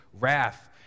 wrath